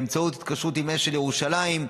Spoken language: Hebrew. באמצעות התקשרות עם אשל ירושלים.